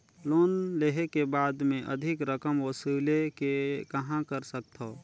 Loan लेहे के बाद मे अधिक रकम वसूले के कहां कर सकथव?